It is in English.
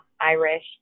Irish